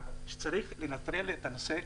המטרה של הדיווח זה לדווח.